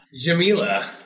Jamila